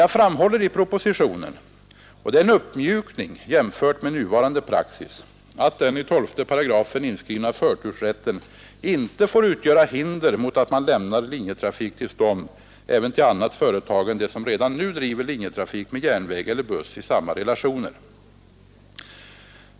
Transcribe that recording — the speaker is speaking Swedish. Jag framhåller emellertid i propositionen — och detta är en uppmjukning jämfört med nuvarande praxis — att den i 12 § inskrivna förtursrätten inte får utgöra hinder mot att man lämnar linjetrafiktillstånd även till annat företag än det som redan nu driver linjetrafik med järnväg eller buss i samma relationer.